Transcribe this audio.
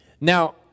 Now